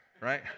right